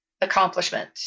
accomplishment